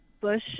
Bush